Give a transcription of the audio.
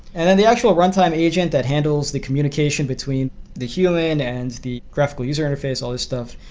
and then the actual runtime agent that handles the communication between the human and and the graphical user interface, all these stuff,